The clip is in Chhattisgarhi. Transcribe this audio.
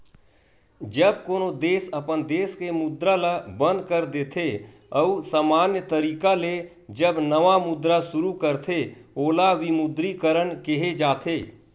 जब कोनो देस अपन देस के मुद्रा ल बंद कर देथे अउ समान्य तरिका ले जब नवा मुद्रा सुरू करथे ओला विमुद्रीकरन केहे जाथे